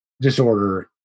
disorder